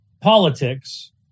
politics